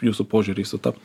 jūsų požiūriai sutaptų